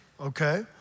okay